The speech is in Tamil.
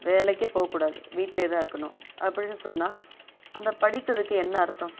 வேலைக்கு போக கூடாது வீட்டில் தான் இருக்கணும் அப்படின்னு சொன்னா அந்த படித்ததுக்கு என்ன அர்த்தம்